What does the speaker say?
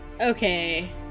Okay